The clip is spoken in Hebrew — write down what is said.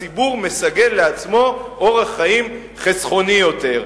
הציבור מסגל לעצמו אורח חיים חסכוני יותר.